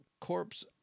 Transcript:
corpse